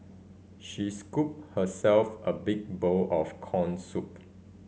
she scooped herself a big bowl of corn soup